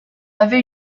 avait